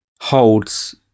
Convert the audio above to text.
holds